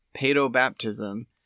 pedo-baptism